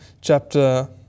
chapter